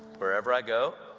wherever i go,